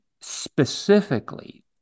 specifically